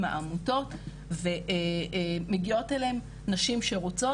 העמותות ומגיעות אליהם נשים שרוצות,